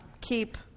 keep